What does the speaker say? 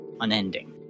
unending